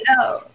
no